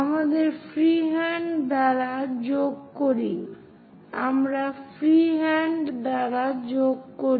আমরা ফ্রিহ্যান্ড দ্বারা যোগ করি